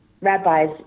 rabbis